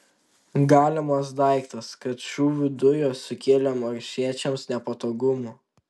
galimas daiktas kad šūvių dujos sukėlė marsiečiams nepatogumų